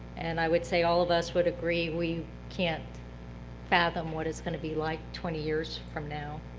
and i would say all of us would agree we can't fathom what it's going to be like twenty years from now.